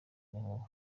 n’inkuba